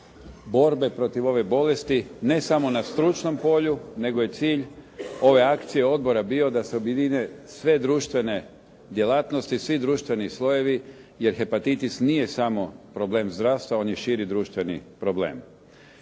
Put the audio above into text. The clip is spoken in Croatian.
borbe protiv ove bolesti ne samo na stručnom polju nego je cilj ove akcije odbora bio da se objedine sve društvene djelatnosti, svi društveni slojevi jer hepatitis nije samo problem zdravstva, on je širi društveni problem.